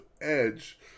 Edge